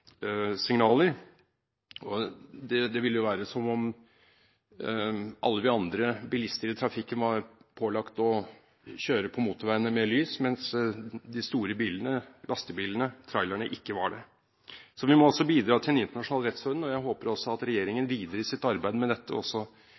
Det vil jo være som om alle vi andre bilister i trafikken var pålagt å kjøre på motorveiene med lys, mens de store bilene – lastebilene og trailerne – ikke var det. Vi må bidra til en internasjonal rettsorden, og jeg håper at regjeringen i sitt videre arbeid med dette også